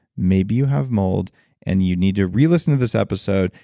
maybe you have mold and you need to re-listen to this episode.